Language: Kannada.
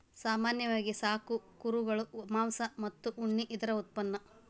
ಸಾಮಾನ್ಯವಾಗಿ ಸಾಕು ಕುರುಗಳು ಮಾಂಸ ಮತ್ತ ಉಣ್ಣಿ ಇದರ ಉತ್ಪನ್ನಾ